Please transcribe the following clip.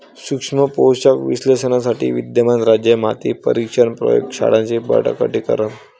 सूक्ष्म पोषक विश्लेषणासाठी विद्यमान राज्य माती परीक्षण प्रयोग शाळांचे बळकटीकरण